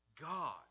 God